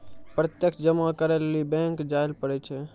प्रत्यक्ष जमा करै लेली बैंक जायल पड़ै छै